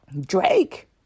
Drake